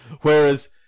Whereas